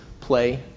play